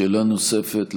שאלה נוספת,